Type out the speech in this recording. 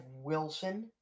Wilson